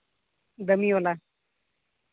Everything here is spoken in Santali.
ᱫᱟᱹᱢᱤ ᱳᱣᱟᱞᱟ